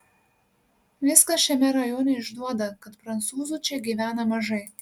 viskas šiame rajone išduoda kad prancūzų čia gyvena mažai